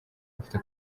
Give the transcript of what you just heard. bafite